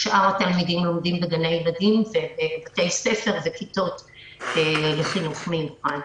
ושאר התלמידים לומדים בגני הילדים ובבתי ספר וכיתות לחינוך מיוחד.